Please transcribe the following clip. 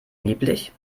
nebelig